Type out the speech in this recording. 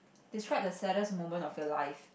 describe the saddest moment of your life